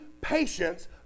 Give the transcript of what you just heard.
patience